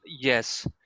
Yes